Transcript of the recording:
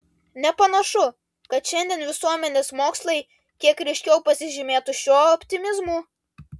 nepanašu kad šiandien visuomenės mokslai kiek ryškiau pasižymėtų šiuo optimizmu